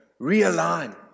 realign